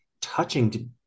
touching